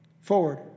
Forward